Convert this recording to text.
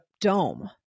dome